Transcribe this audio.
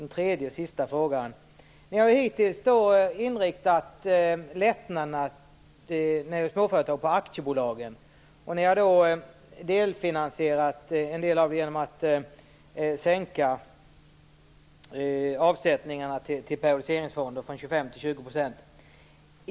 Ni har hittills inriktat lättnaderna för småföretagare på aktiebolagen. Ni har finansierat en del av det genom att sänka avsättningarna till periodiseringsfonder från 25 % till 20 %.